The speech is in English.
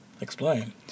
Explain